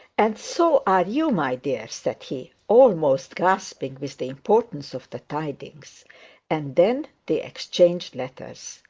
and so are you, my dear said he, almost gasping with the importance of the tidings and then they exchanged letters.